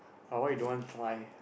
but why you don't want try